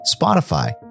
Spotify